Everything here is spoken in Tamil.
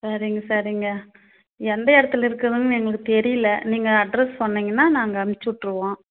சரிங்க சரிங்க எந்த இடத்துல இருக்குதுன்னு எங்களுக்கு தெரியல நீங்கள் அட்ரஸ் சொன்னீங்கன்னால் நாங்கள் அனுப்பிச்சி விட்ருவோம்